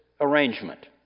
arrangement